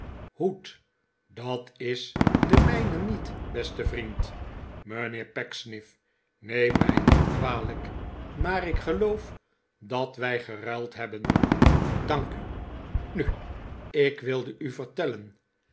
hoed dat is de mijne niet beste vriend mijnheer pecksniff neem mij niet kwalijk maar ik geloof dat wij geruild hebben dank u nu ik wilde u vertellen